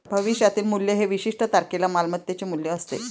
भविष्यातील मूल्य हे विशिष्ट तारखेला मालमत्तेचे मूल्य असते